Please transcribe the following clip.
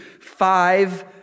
Five